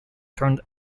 turned